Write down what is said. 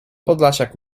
podlasiak